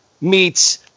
meets